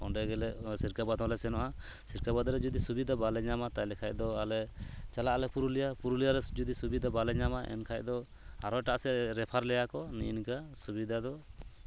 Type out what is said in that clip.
ᱚᱸᱰᱮ ᱜᱮᱞᱮ ᱥᱤᱨᱠᱟᱵᱟᱫᱽ ᱦᱚᱸᱞᱮ ᱥᱮᱱᱚᱜᱼᱟ ᱥᱤᱨᱠᱟᱵᱟᱫᱽ ᱨᱮ ᱡᱩᱫᱤ ᱥᱩᱵᱤᱫᱷᱟ ᱵᱟᱞᱮ ᱧᱟᱢᱟ ᱛᱟᱦᱚᱞᱮ ᱠᱷᱟᱱ ᱫᱚ ᱟᱞᱮ ᱪᱟᱞᱟᱜ ᱟᱞᱮ ᱯᱩᱨᱩᱞᱤᱭᱟᱹ ᱯᱩᱨᱩᱞᱤᱭᱟᱹ ᱨᱮ ᱡᱩᱫᱤ ᱥᱩᱵᱤᱫᱷᱟ ᱵᱟᱞᱮ ᱧᱟᱢᱟ ᱮᱱᱠᱷᱟᱱ ᱫᱚ ᱟᱨᱚ ᱮᱴᱟᱜ ᱥᱮᱫ ᱨᱮ ᱨᱮᱯᱷᱟᱨ ᱞᱮᱭᱟᱠᱚ ᱱᱤᱝᱠᱟᱹ ᱥᱩᱵᱤᱫᱷᱟ ᱫᱚ